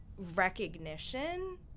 recognition